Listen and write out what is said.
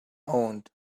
owned